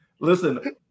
listen